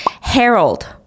Harold